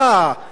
לא משנה איפה,